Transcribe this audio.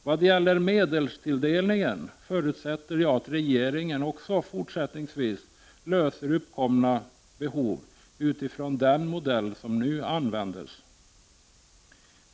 Vad gäller medelstilldelningen förutsätter jag att regeringen också fortsättningsvis tillgodoser uppkomna behov utifrån den modell som nu används.